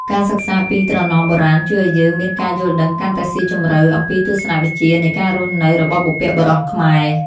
ការសិក្សាពីត្រណមបុរាណជួយឱ្យយើងមានការយល់ដឹងកាន់តែស៊ីជម្រៅអំពីទស្សនវិជ្ជានៃការរស់នៅរបស់បុព្វបុរសខ្មែរ។